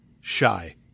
shy